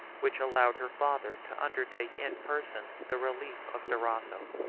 which allowed her father to undertake in person the relief of durazzo.